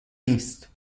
نیست